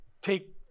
take